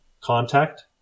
contact